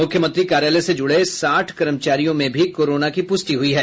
मुख्यमंत्री कार्यालय से जुड़े साठ कर्मचारियों में भी कोरोना की पूष्टि हुई है